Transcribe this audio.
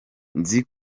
nzi